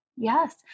Yes